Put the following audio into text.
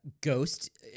Ghost